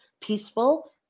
peaceful